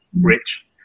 rich